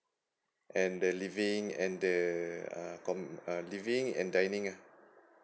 and the living and the uh com~ uh living and dining lah